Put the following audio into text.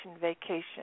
vacation